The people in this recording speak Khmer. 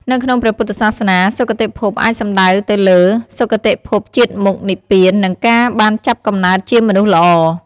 នៅក្នុងព្រះពុទ្ធសាសនា សុគតិភពអាចសំដៅទៅលើ៖ សុគតិភពជាតិមុខ និព្វាន និងការបានចាប់កំណើតជាមនុស្សល្អ ។